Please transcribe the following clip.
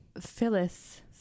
Phyllis